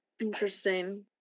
Interesting